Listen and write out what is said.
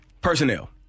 Personnel